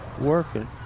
working